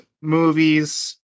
movies